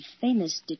famous